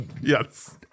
Yes